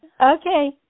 Okay